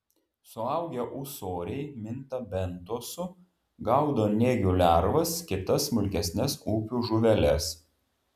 suaugę ūsoriai minta bentosu gaudo nėgių lervas kitas smulkesnes upių žuveles